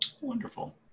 wonderful